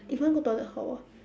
if want go toilet how ah